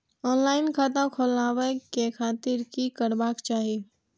Online खाता खोलाबे के खातिर कि करबाक चाही?